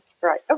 Right